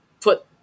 put